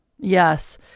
Yes